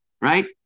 right